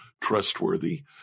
trustworthy